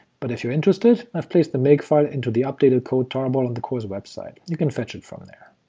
but if you're interested, i've placed the makefile into the updated code tarball on the course website, you can fetch it from there.